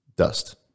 dust